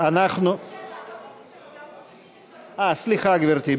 לא לכל סעיף 07. בעמוד 63. סליחה, גברתי.